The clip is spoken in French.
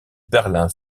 berlin